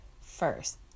first